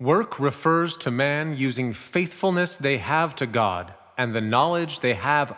work refers to man using faithfulness they have to god and the knowledge they have